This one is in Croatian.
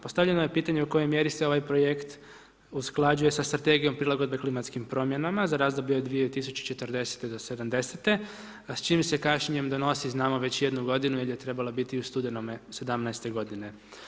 Postavljeno je pitanje u kojoj mjeri se ovaj projekt usklađuje sa Strategijom prilagodbe klimatskim promjenama za razdoblje od 2040. do 2070., a s čim se kasnijem donosi znamo već jednu godinu, jer je trebala biti u studenome '17. godine.